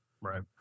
Right